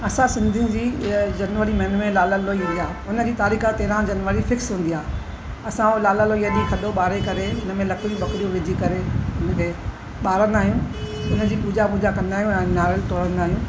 असां सिंधियुनि जी जनवरी महीने में लाल लोई ईंदी आह हुनजी तारीख़ तेरहं जनवरी फिक्स हूंदी आहे असां उहो लाल लोई ॾींअं थधो ॿारे करे हुनमें लकड़ियूं वकड़ियूं विझी करे हुनखे ॿारंदा आहियूं हुनजी पूजा वूजा कंदा आहियूं ऐं नारेलु तोड़ंदा आहियूं